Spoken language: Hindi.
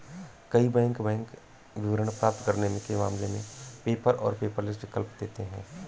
कई बैंक बैंक विवरण प्राप्त करने के मामले में पेपर और पेपरलेस विकल्प देते हैं